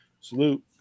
Salute